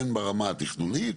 הן ברמה התכנונית,